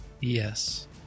Yes